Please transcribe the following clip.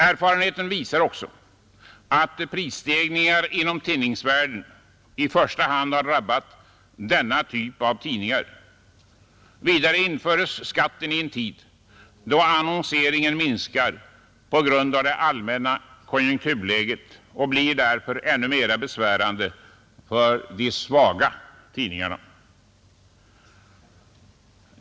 Erfarenheten visar också att prisstegringar inom tidningsvärlden i första hand har drabbat denna typ av tidningar. Vidare införes skatten i en tid, då annonseringen minskar på grund av det allmänna konjunkturläget, och den blir därför ännu mera besvärande för de svaga tidningarna.